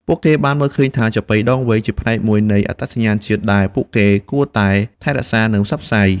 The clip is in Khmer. ពួកគេបានមើលឃើញថា ចាប៉ីដងវែង ជាផ្នែកមួយនៃអត្តសញ្ញាណជាតិដែលពួកគេគួរតែថែរក្សា និងផ្សព្វផ្សាយ។